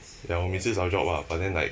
ya 我每次找 job ah but then like